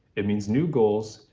it means new goals,